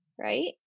right